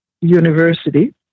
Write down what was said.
university